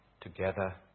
together